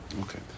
Okay